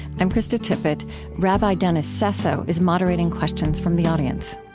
i'm krista tippett rabbi dennis sasso is moderating questions from the audience